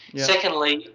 secondly,